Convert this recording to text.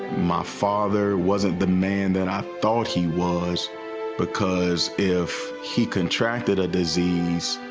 my father wasn't the man that i thought he was because if he contracted a disease